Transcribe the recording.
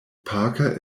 parker